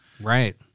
Right